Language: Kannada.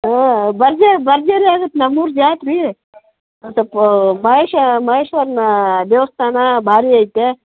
ಹ್ಞೂ ಬರ್ಜೆ ಭರ್ಜರಿ ಆಗುತ್ತೆ ನಮ್ಮೂರ ಜಾತ್ರೆ ಮತ್ತು ಪ ಮಹೇಶ ಮಹೇಶ್ವರನಾ ದೇವಸ್ಥಾನ ಭಾರಿ ಐತೆ